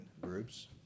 groups